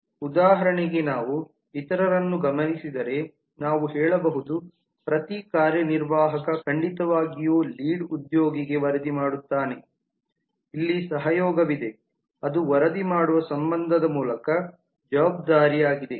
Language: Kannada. ಉದಾಹರಣೆಗೆ ನಾವು ಇತರರನ್ನು ಗಮನಿಸಿದರೆ ನಾವು ಹೇಳಬಹುದು ಪ್ರತಿ ಕಾರ್ಯನಿರ್ವಾಹಕ ಖಂಡಿತವಾಗಿಯೂ ಲೀಡ್ ಉದ್ಯೋಗಿಗೆ ವರದಿ ಮಾಡುತ್ತಾನೆ ಇಲ್ಲಿ ಸಹಯೋಗವಿದೆ ಅದು ವರದಿ ಮಾಡುವ ಸಂಬಂಧದ ಮೂಲಕ ಜವಾಬ್ದಾರಿ ಆಗಿದೆ